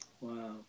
Wow